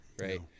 right